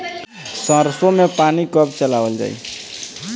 सरसो में पानी कब चलावल जाई?